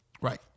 Right